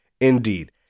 Indeed